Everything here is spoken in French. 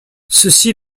ceci